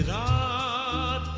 aa